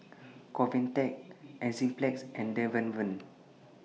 Convatec Enzyplex and Dermaveen